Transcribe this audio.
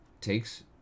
takes